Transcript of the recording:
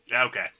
Okay